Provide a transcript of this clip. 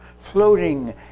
floating